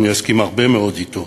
אני אסכים הרבה מאוד אתו,